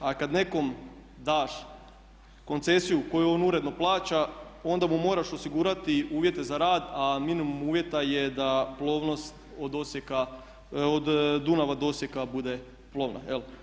A kad nekom daš koncesiju koju on uredno plaća onda mu moraš osigurati uvjete za rad, a minimum uvjeta je da plovnost od Dunava do Osijeka bude plovna jel'